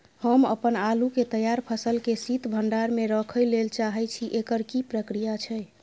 हम अपन आलू के तैयार फसल के शीत भंडार में रखै लेल चाहे छी, एकर की प्रक्रिया छै?